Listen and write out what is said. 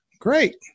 Great